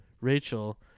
Rachel